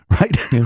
right